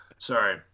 Sorry